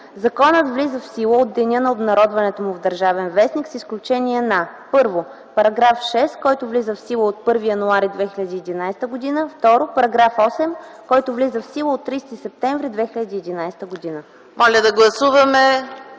Законът влиза в сила от деня на обнародването му в „Държавен вестник” с изключение на: 1. параграф 6, който влиза в сила от 1 януари 2011 г. 2. параграф 8, който влиза в сила от 30 септември 2011 г.” ПРЕДСЕДАТЕЛ